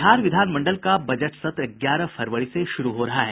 बिहार विधान मंडल का बजट सत्र ग्यारह फरवरी से शुरू हो रहा है